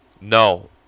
No